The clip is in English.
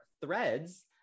threads